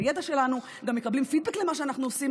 בידע שלנו וגם מקבלים פידבק על מה שאנחנו עושים,